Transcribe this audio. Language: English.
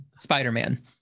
Spider-Man